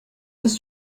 ist